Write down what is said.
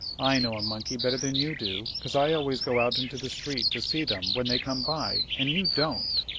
i know a monkey better than you do, cause i always go out into the street to see them when they come by, and you don't.